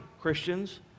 Christians